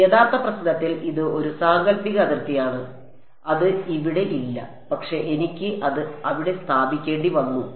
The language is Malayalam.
യഥാർത്ഥ പ്രശ്നത്തിൽ ഇത് ഒരു സാങ്കൽപ്പിക അതിർത്തിയാണ് അത് അവിടെ ഇല്ല പക്ഷേ എനിക്ക് അത് അവിടെ സ്ഥാപിക്കേണ്ടിവന്നു